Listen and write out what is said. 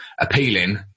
appealing